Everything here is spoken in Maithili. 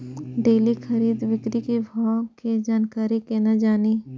डेली खरीद बिक्री के भाव के जानकारी केना जानी?